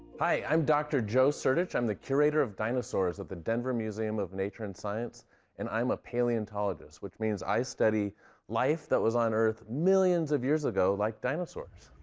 hi, i'm dr. joe sertich, i'm the curator of dinosaurs at the denver museum of nature and amp science and i'm a paleontologist, which means i study life that was on earth millions of years ago, like dinosaurs.